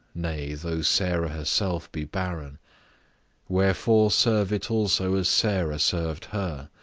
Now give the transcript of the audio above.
nay, though sarah herself be barren wherefore, serve it also as sarah served her,